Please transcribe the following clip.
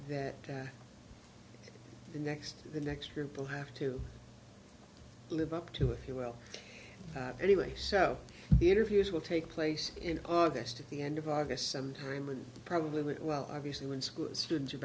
that the next the next group will have to live up to if you will anyway so the interviews will take place in august at the end of august sometime and probably will well obviously when school students are